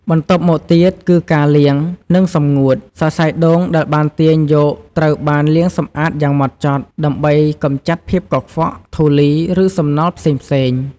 បន្ទាប់មកទៀត គឺការលាង និងសម្ងួត សរសៃដូងដែលបានទាញយកត្រូវបាន លាងសម្អាតយ៉ាងហ្មត់ចត់ ដើម្បីកម្ចាត់ភាពកខ្វក់ ធូលី ឬសំណល់ផ្សេងៗ។